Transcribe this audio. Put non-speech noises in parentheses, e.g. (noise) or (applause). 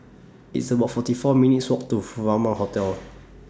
It's about forty four minutes' Walk to (noise) Furama Hotel